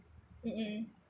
mm mm